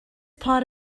part